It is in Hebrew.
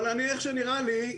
איך שנראה לי,